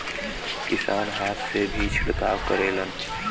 किसान हाथ से भी छिड़काव करेलन